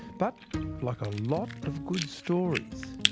but like a lot of good stories,